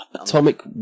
Atomic